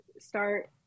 start